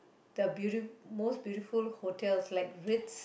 the beauti~ most beautiful hotels like Ritz